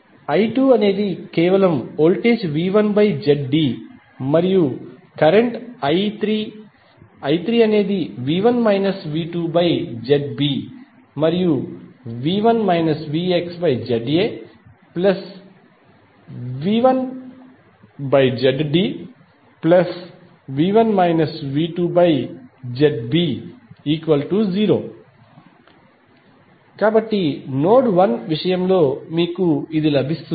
I2కేవలం voltage V1ZD మరియు current I3 I3 అనేది V1 V2ZB మరియు V1 VxZAV1ZDV1 V2ZB0 కాబట్టి నోడ్ 1 విషయంలో మీకు ఇది లభిస్తుంది